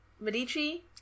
Medici